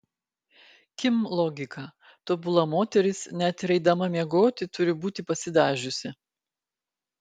kim logika tobula moteris net ir eidama miegoti turi būti pasidažiusi